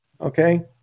Okay